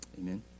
Amen